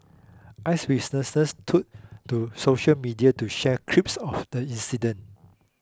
eyewitnesses took to social media to share clips of the incident